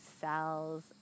cells